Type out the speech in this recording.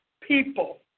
people